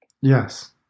Yes